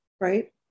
Right